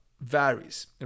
varies